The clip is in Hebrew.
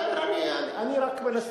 בסדר, אני רק,